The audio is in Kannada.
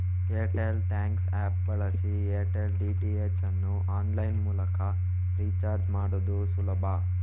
ಏರ್ಟೆಲ್ ಥ್ಯಾಂಕ್ಸ್ ಆಪ್ ಬಳಸಿ ಏರ್ಟೆಲ್ ಡಿ.ಟಿ.ಎಚ್ ಅನ್ನು ಆನ್ಲೈನ್ ಮೂಲಕ ರೀಚಾರ್ಜ್ ಮಾಡುದು ಸುಲಭ